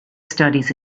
studies